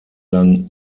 lang